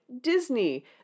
Disney